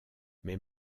mais